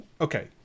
Okay